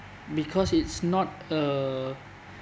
because it's not uh